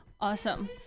Awesome